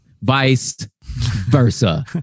vice-versa